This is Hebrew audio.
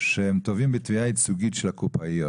שהם תובעים בתביעה ייצוגית של הקופאיות.